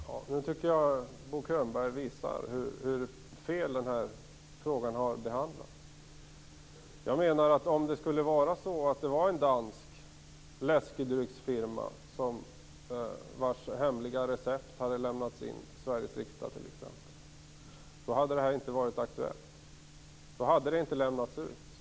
Herr talman! Nu tycker jag att Bo Könberg visar hur felaktigt den här frågan har behandlats. Jag menar att om det t.ex. hade varit en dansk läskedrycksfirma vars hemliga recept hade lämnats in till Sveriges riksdag, då hade inte det här varit aktuellt.